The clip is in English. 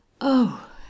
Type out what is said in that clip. Oh